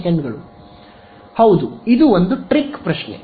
ಹೌದು ಇದು ಒಂದು ಟ್ರಿಕ್ ಪ್ರಶ್ನೆ